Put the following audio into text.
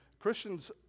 Christians